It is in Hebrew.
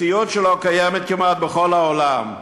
מציאות שלא קיימת כמעט בכל העולם.